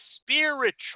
spiritual